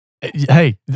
Hey